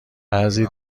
بعضی